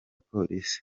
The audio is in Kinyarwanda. polisi